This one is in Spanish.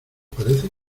parece